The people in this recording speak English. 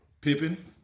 Pippen